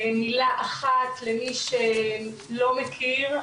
מילה אחת למי שלא מכיר,